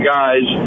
guys